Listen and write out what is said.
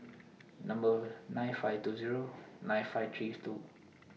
Number nine five two Zero nine five three two